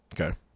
Okay